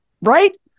right